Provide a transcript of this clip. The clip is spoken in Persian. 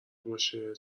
باشه